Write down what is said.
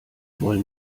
wollen